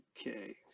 Okay